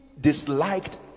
disliked